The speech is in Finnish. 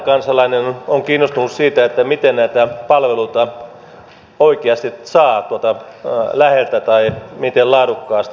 tavallinen kansalainen on kiinnostunut siitä miten näitä palveluita oikeasti saa tuolta läheltä tai miten laadukkaasti